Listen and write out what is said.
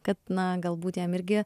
kad na galbūt jam irgi